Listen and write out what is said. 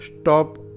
Stop